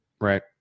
Right